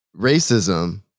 racism